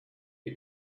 you